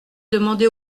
demander